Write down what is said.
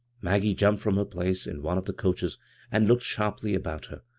maggie jumped from her place in one of the coaches and looked sharply about her.